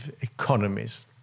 economies